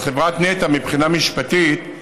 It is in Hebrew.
חברת נת"ע, מבחינה משפטית,